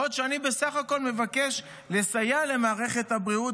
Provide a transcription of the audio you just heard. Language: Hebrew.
בעוד שאני בסך הכול מבקש לסייע למערכת הבריאות